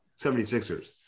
76ers